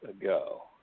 ago